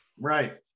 Right